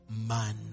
man